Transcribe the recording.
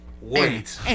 Wait